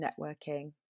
networking